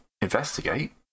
investigate